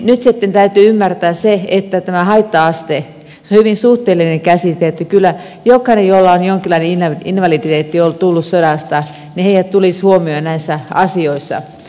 nyt sitten täytyy ymmärtää se että tämä haitta aste on hyvin suhteellinen käsite että kyllä jokainen jolle on jonkinlainen invaliditeetti tullut sodasta tulisi huomioida näissä asioissa